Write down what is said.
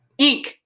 Inc